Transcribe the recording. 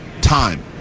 time